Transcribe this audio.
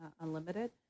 unlimited